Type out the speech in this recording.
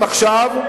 להסכם עכשיו,